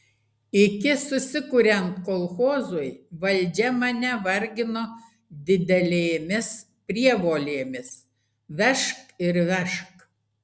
iki susikuriant kolchozui valdžia mane vargino didelėmis prievolėmis vežk ir vežk